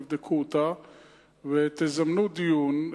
תבדקו אותה ותזמנו דיון.